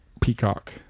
Peacock